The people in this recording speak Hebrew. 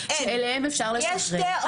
שאליהם אפשר לשחרר.